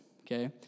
Okay